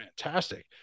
fantastic